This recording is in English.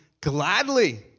gladly